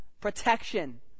Protection